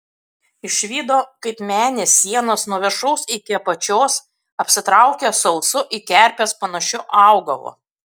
išvydo kaip menės sienos nuo viršaus iki apačios apsitraukia sausu į kerpes panašiu augalu